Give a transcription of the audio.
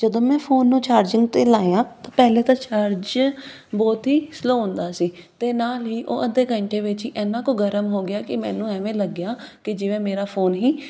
ਜਦੋਂ ਮੈਂ ਫੋਨ ਨੂੰ ਚਾਰਜਿੰਗ 'ਤੇ ਲਾਇਆ ਤਾਂ ਪਹਿਲਾਂ ਤਾਂ ਚਾਰਜ ਬਹੁਤ ਹੀ ਸਲੋਅ ਹੁੰਦਾ ਸੀ ਅਤੇ ਨਾਲ ਹੀ ਉਹ ਅੱਧੇ ਘੰਟੇ ਵਿੱਚ ਹੀ ਇੰਨਾ ਕੁ ਗਰਮ ਹੋ ਗਿਆ ਕਿ ਮੈਨੂੰ ਐਵੇਂ ਲੱਗਿਆ ਕਿ ਜਿਵੇਂ ਮੇਰਾ ਫੋਨ ਹੀ